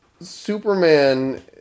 Superman